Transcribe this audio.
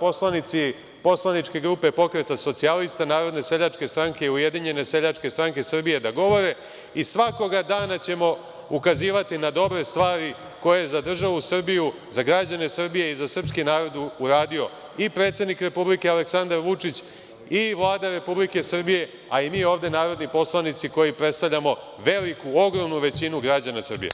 poslanici poslaničke grupe Pokreta socijalista, Narodne seljačke stranke i Ujedinjene seljačke stranke Srbije da govore i svakoga dana ćemo ukazivati na dobre stvari koje za državu Srbiju i građane Srbije i za srpski narod uradio i predsednik Republike Aleksandar Vučić i Vlada Republike Srbije, a i mi ovde narodni poslanici koji predstavljamo veliku, ogromnu većinu građana Srbije.